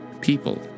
People